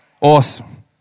Awesome